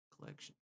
Collection